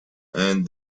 and